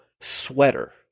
sweater